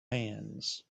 hands